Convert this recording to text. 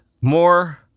more